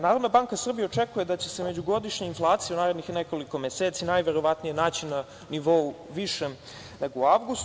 Narodna banka Srbije očekuje da će se međugodišnja inflacija u narednih nekoliko meseci najverovatnije naći na nivou višem nego u avgustu.